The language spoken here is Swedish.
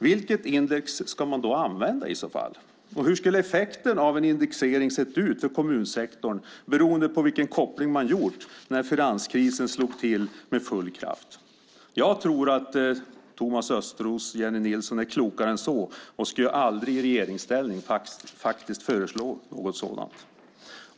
Vilket index ska man i så fall använda, och hur skulle effekten av en indexering ha sett ut för kommunsektorn beroende på vilken koppling som gjorts när finanskrisen med full kraft slog till? Jag tror att Thomas Östros och Jennie Nilsson är klokare än så och att de i regeringsställning aldrig skulle föreslå något sådant.